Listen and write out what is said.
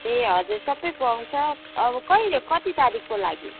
ए हजुर सबै पाउँछ अब कहिले कति तारिकको लागि